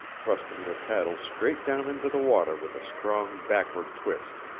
thrusting their paddles straight down into the water with a strong backward twist.